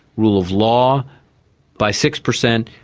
rule of law by six percent,